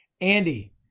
Andy